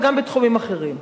וגם בתחומים אחרים.